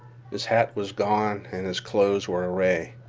his hat was gone and his clothes were awry.